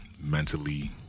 mentally